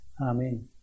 Amen